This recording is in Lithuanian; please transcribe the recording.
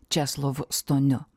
česlovu stoniu